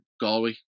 Galway